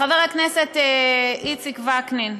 לחבר הכנסת איציק וקנין,